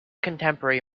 contemporary